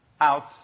out